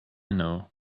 know